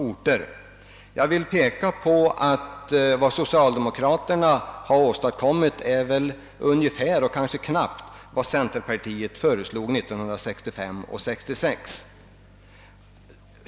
Vad: centerpartiet föreslog 1965 och 1966. skulle ha gett minst lika stor ökning av bostadsbyggandet i storstäderna plus ett ökat byggande ute i lan det.